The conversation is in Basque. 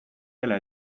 dela